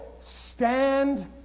stand